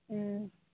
অঁ